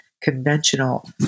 conventional